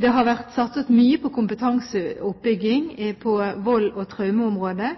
Det har vært satset mye på kompetanseoppbygging på vold- og traumeområdet.